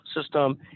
System